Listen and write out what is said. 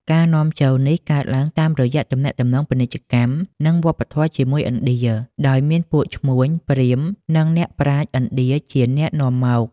ការនាំចូលនេះកើតឡើងតាមរយៈទំនាក់ទំនងពាណិជ្ជកម្ម និងវប្បធម៌ជាមួយឥណ្ឌា ដោយមានពួកឈ្មួញ ព្រាហ្មណ៍ និងអ្នកប្រាជ្ញឥណ្ឌាជាអ្នកនាំមក។